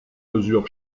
mesure